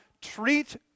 treat